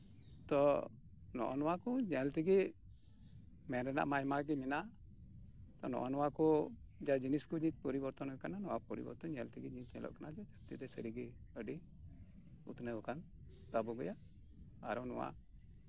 ᱛᱚ ᱱᱚᱶᱟ ᱠᱚ ᱧᱮᱞ ᱛᱮᱜᱮ ᱢᱮᱱ ᱨᱮᱱᱟᱜ ᱢᱟ ᱟᱭᱢᱟ ᱜᱮ ᱢᱮᱱᱟᱜ ᱱᱚᱜᱼᱚ ᱱᱚᱶᱟ ᱠᱚ ᱡᱟ ᱡᱤᱱᱤᱥ ᱠᱚᱜᱮ ᱯᱚᱨᱚᱵᱚᱨᱛᱚᱱ ᱟᱠᱟᱱᱟ ᱱᱚᱶᱟ ᱯᱚᱨᱤᱵᱚᱨᱛᱚᱱ ᱧᱮᱞ ᱛᱮᱜᱮ ᱱᱤᱛ ᱧᱮᱞᱚᱚᱜ ᱠᱟᱱᱟ ᱡᱮ ᱥᱟᱹᱨᱤ ᱜᱮ ᱟᱹᱰᱤ ᱩᱛᱱᱟᱹᱣ ᱟᱠᱟᱱ ᱛᱟᱵᱚᱜᱮᱭᱟ ᱟᱨᱦᱚᱸ ᱱᱚᱶᱟ